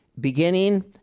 Beginning